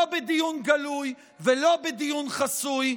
לא בדיון גלוי ולא בדיון חסוי,